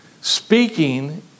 speaking